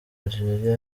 algeria